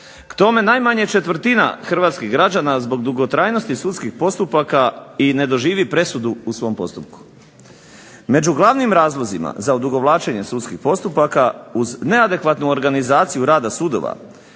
K tome najmanje 1/4 hrvatskih građana zbog dugotrajnosti sudskih postupaka i ne doživi presudu u svom postupku. Među glavnim razlozima za odugovlačenje sudskih postupaka uz neadekvatnu organizaciju rada sudova,